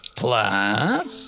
plus